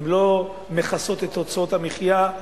הן לא מכסות את הוצאות המחיה,